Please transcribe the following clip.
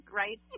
right